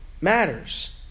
matters